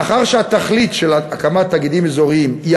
מאחר שהתכלית של הקמת תאגידים אזוריים היא